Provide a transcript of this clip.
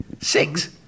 Six